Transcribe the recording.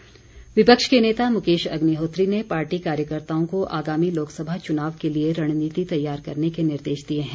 अग्निहोत्री विपक्ष के नेता मुकेश अग्निहोत्री ने पार्टी कार्यकर्ताओं को आगामी लोकसभा चुनाव के लिए रणनीति तैयार करने के निर्देश दिए हैं